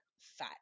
fat